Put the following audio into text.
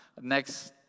Next